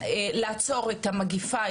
את המגפה,